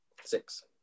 Six